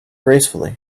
gracefully